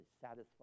satisfied